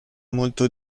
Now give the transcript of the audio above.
molto